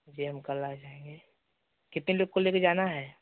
जी हम कल आ जाएँगे कितने लोगों को लेकर जाना है